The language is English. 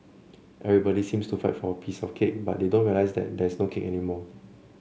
everybody seems to fight for a piece of the cake but they don't realise that there is no cake anymore